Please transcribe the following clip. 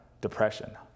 depression